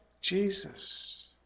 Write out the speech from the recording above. Jesus